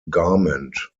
garment